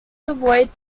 avoid